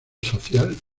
social